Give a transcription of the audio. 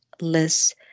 less